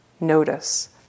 Notice